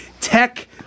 tech